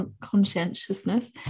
conscientiousness